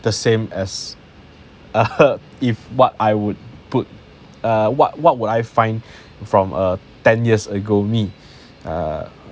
the same as (uh huh) if what I would put err what what would I find from a ten years ago me ah